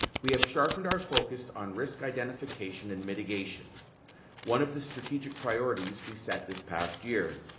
we have sharpened our focus on risk identification and mitigation one of the strategic priorities we set this past year.